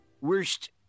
Worst